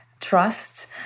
trust